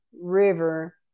river